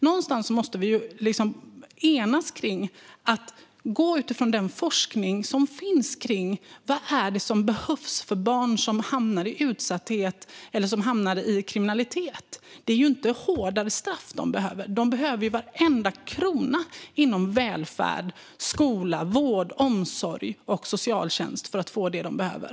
Någonstans måste vi enas om att utgå från den forskning som finns kring vad som behövs för barn som hamnar i utsatthet eller i kriminalitet. Det är ju inte hårdare straff de behöver. De behöver varenda krona inom välfärd, skola, vård, omsorg och socialtjänst för att få det de behöver.